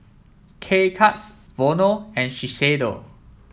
K Cuts Vono and Shiseido